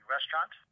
restaurant